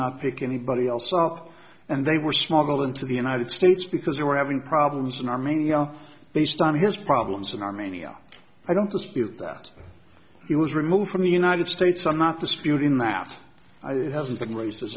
not pick anybody else up and they were smuggled into the united states because they were having problems in armenia based on his problems in armenia i don't dispute that he was removed from the united states i'm not disputing that it hasn't been raised as